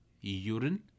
urine